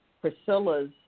Priscilla's